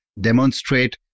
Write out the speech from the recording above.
demonstrate